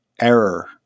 error